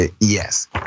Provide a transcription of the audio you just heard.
Yes